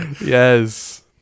yes